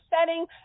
setting